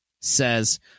says